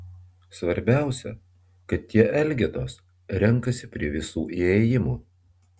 svarbiausia kad tie elgetos renkasi prie visų įėjimų